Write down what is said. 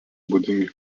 būdingi